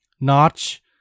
Notch